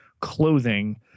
clothing